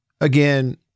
Again